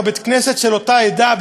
בבית-הכנסת של אותה עדה,